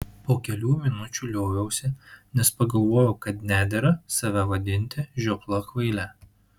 po kelių minučių lioviausi nes pagalvojau kad nedera save vadinti žiopla kvaile